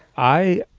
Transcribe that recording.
i,